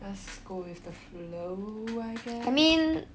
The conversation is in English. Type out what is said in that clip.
just go with the flow I guess